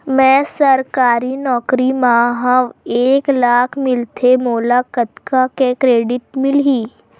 मैं सरकारी नौकरी मा हाव एक लाख मिलथे मोला कतका के क्रेडिट मिलही?